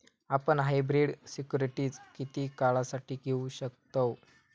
आपण hybrid securities किती काळासाठी घेऊ शकतव